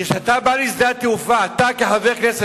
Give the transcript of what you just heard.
כשאתה בא לשדה התעופה, אתה, כחבר כנסת,